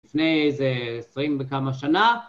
לפני איזה עשרים וכמה שנה